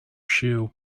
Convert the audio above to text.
shoe